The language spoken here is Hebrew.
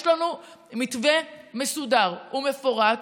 יש לנו מתווה מסודר ומפורט,